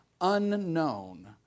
unknown